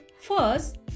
First